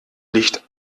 licht